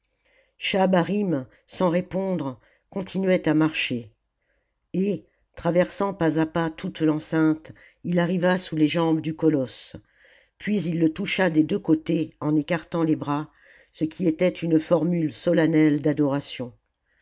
sans répondre continuait à marcher et traversant pas à pas toute l'enceinte il arriva sous les jambes du colosse puis il le toucha des deux côtés en écartant les bras ce qui était une formule solennelle d'adoration